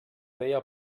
deia